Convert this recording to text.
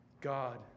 God